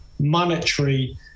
monetary